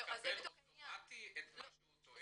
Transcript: הוא מקבל אוטומטי את מה שהוא טוען?